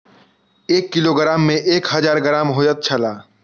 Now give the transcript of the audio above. एक किलोग्राम में एक हजार ग्राम होयत छला